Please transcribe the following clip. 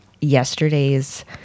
yesterday's